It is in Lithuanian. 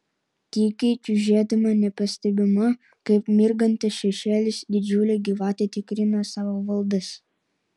tykiai čiužėdama nepastebima kaip mirgantis šešėlis didžiulė gyvatė tikrino savo valdas